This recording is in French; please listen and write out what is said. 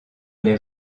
les